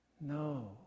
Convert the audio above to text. No